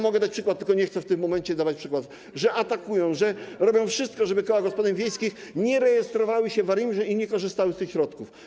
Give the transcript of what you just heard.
Mogę dać przykład, tylko nie chcę w tym momencie dawać przykładu na to, że atakują, że robią wszystko, żeby koła gospodyń wiejskich nie rejestrowały się w ARiMR i nie korzystały z tych środków.